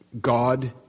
God